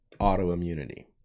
autoimmunity